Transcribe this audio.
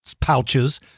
pouches